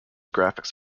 graphics